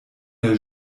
der